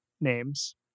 names